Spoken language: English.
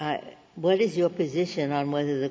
what is your position on whether the